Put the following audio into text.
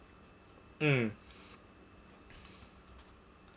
mm